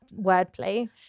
wordplay